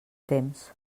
temps